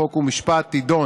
חוק ומשפט תדון